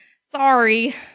sorry